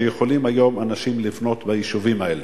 שאנשים יכולים היום לבנות ביישובים האלה.